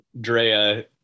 Drea